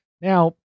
Now